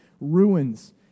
ruins